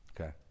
Okay